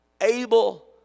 Able